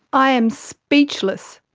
i am speechless.